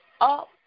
up